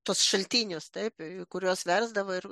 tuos šaltinius taip kuriuos versdavo ir